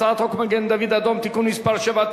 הצעת חוק מגן-דוד-אדום (תיקון מס' 7),